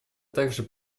также